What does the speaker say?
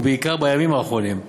ובעיקר בימים האחרונים,